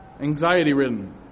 anxiety-ridden